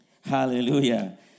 Hallelujah